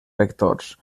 vectors